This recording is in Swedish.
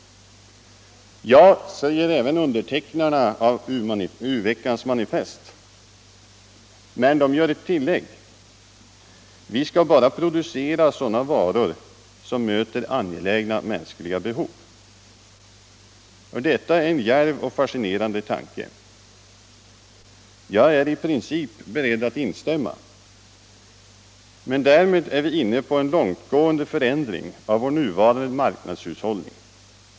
Ja, säger även undertecknarna av u-veckans manifest. Men de gör ett tillägg: Vi skall bara producera sådana varor som möter angelägna mänskliga behov. Detta är en djärv och fascinerande tanke. Jag är i princip beredd att instämma i den. Men därmed är vi inne på en långtgående förändring av vår nuvarande marknadshushållning.